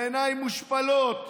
בעיניים מושפלות: